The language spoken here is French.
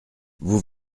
vous